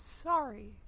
Sorry